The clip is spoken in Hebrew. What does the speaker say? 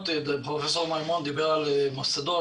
פרופ' מימון דיבר על מוסדות.